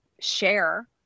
share